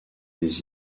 des